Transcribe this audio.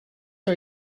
are